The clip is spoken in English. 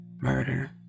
murder